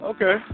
Okay